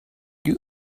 you